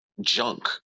junk